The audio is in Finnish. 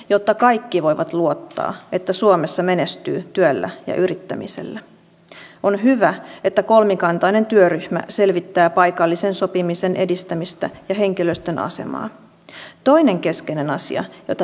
yksi ryhmä joka ei pidä itsestään meteliä mutta josta on syytä kantaa huolta ovat ne ihmiset jotka joutuvat turvautumaan turvakoteihin omassa arjessaan lähisuhdeväkivallan kohdatessa